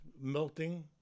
melting